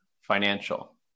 financial